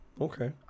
Okay